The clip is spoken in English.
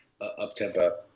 up-tempo